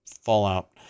Fallout